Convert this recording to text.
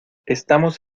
estamos